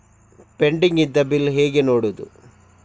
Pending ಇದ್ದ bill ಹೇಗೆ ನೋಡುವುದು?